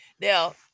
Now